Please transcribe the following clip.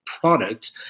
product